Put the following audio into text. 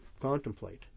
contemplate